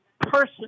person